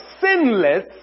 sinless